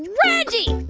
reggie,